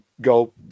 go